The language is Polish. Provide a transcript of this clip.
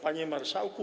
Panie Marszałku!